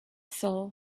soul